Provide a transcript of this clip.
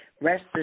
Rest